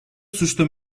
suçla